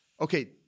Okay